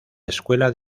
escuela